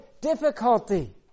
difficulty